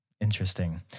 Interesting